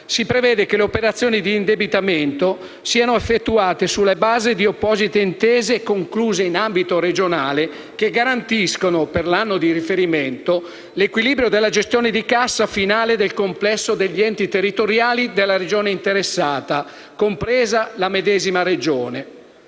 si prevede che le operazioni di indebitamento siano effettuate sulla base di apposite intese concluse in ambito regionale che garantiscano, per l'anno di riferimento, l'equilibrio della gestione di cassa finale del complesso degli enti territoriali della Regione interessata, compresa la medesima Regione.